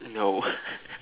no